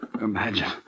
Imagine